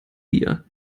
wir